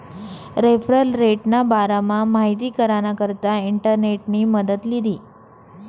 referral रेटना बारामा माहिती कराना करता इंटरनेटनी मदत लीधी